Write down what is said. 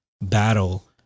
battle